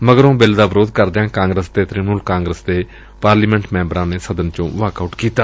ਮਗਰੋਂ ਬਿੱਲ ਦਾ ਵਿਰੋਧ ਕਰਦਿਆਂ ਕਾਂਗਰਸ ਅਤੇ ਤਿ੍ਣਮੁਲ ਕਾਂਗਰਸ ਦੇ ਪਾਰਲੀਮੈਂਟ ਮੈਂਬਰਾਂ ਨੇ ਸਦਨ ਚੋਂ ਵਾਕ ਆਉਟ ਕੀਤਾ